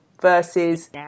versus